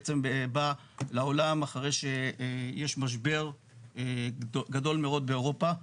בעצם בא לעולם אחרי שיש משבר גדול מאוד באירופה,